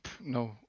no